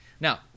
Now